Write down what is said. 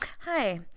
hi